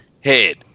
head